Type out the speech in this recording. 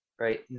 right